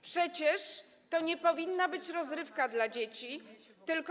Przecież to nie powinna być rozrywka dla dzieci, tylko.